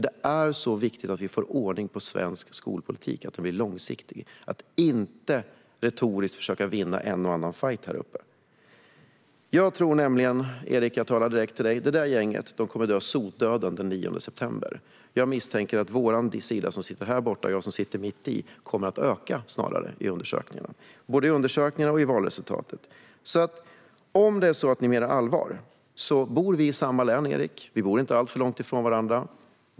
Det är så viktigt att vi får ordning på svensk skolpolitik. Den måste bli långsiktig. Vi ska inte retoriskt försöka vinna en och annan fajt i talarstolen. Jag talar direkt till dig, Erik Bengtzboe. Det rödgröna gänget kommer att dö sotdöden den 9 september. Jag misstänker att vår sida som sitter i den andra delen av kammaren, och jag som sitter mitt i, kommer att öka. Det gäller både i undersökningarna och i valresultatet. Om ni menar allvar säger jag följande. Vi bor i samma län, Erik. Vi bor inte alltför långt från varandra.